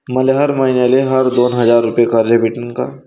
मले हर मईन्याले हर दोन हजार रुपये कर्ज भेटन का?